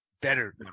better